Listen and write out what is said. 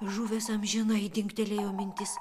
žuvęs amžinai dingtelėjo mintis